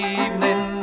evening